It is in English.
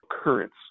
occurrence